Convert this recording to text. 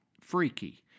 freaky